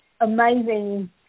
amazing